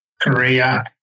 Korea